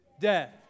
death